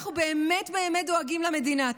אנחנו באמת באמת דואגים למדינה.